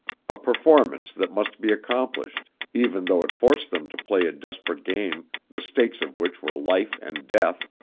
a performance that must be accomplished even though it forced them to play a desperate game the stakes of which were life and death.